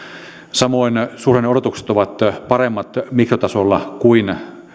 samoin suhdanneodotukset ovat paremmat mikrotasolla kuin